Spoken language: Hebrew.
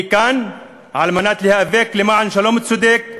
אני כאן כדי להיאבק למען שלום צודק,